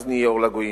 אז נהיה אור לגויים,